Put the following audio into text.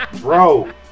bro